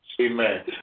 Amen